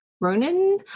Ronan